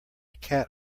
cat